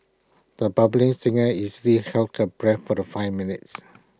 the budding singer easily held her breath for the five minutes